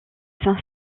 saint